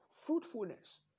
fruitfulness